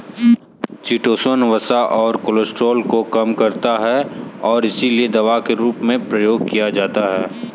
chitosan वसा और cholesterol को कम करता है और इसीलिए दवा के रूप में प्रयोग किया जाता है